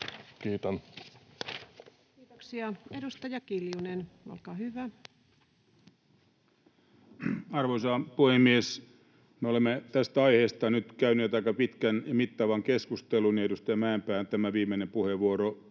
Kiitoksia. — Edustaja Kiljunen, olkaa hyvä. Arvoisa puhemies! Me olemme tästä aiheesta nyt käyneet aika pitkän ja mittavan keskustelun, ja edustaja Mäenpään tämä viimeinen puheenvuoro